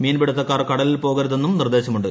മീൻപിടുത്തക്കാർ കടലിൽ പോകരുതെന്നും നിർദ്ദേശമുണ്ട്